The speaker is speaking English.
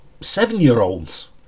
seven-year-olds